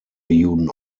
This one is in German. juden